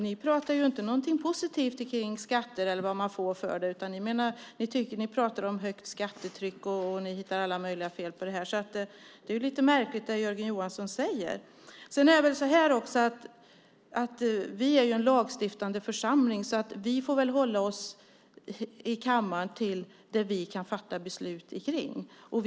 Ni säger ju inte någonting positivt om skatter eller om vad man får för dem, utan ni pratar om högt skattetryck och hittar alla möjliga fel på detta, så det är lite märkligt det Jörgen Johansson säger. Sedan är det också så att vi ju är en lagstiftande församling, så vi får väl i kammaren hålla oss till det vi kan fatta beslut om.